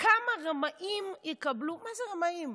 "כמה רמאים יקבלו?" מה זה "רמאים"?